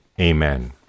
Amen